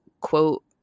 quote